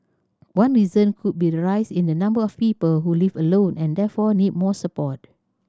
one reason could be the rise in the number of people who live alone and therefore need more support